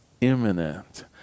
imminent